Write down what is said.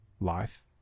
life